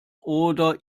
oder